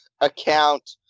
account